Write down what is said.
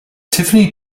tiffany